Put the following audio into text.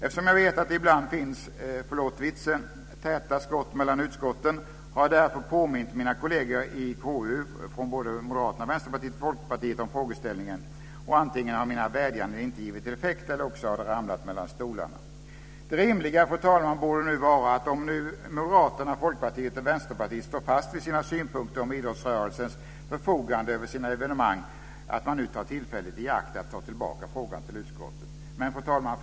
Eftersom jag vet att det ibland finns - förlåt vitsen - täta skott mellan utskotten har jag därför påmint mina kolleger i KU från Moderaterna, Vänsterpartiet och Folkpartiet om frågeställningen. Antingen har mina vädjanden inte givit effekt eller också har de ramlat mellan stolarna. Det rimliga, fru talman, borde vara - om nu Moderaterna, Folkpartiet och Vänsterpartiet står fast vid sina synpunkter om idrottsrörelsens förfogande över sina evenemang - att man nu tar tillfället i akt att ta tillbaka frågan till utskottet. Fru talman!